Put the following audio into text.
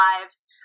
lives